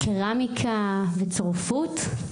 קרמיקה וצורפות.